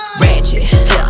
ratchet